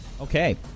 Okay